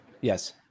yes